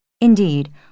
Indeed